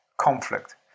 conflict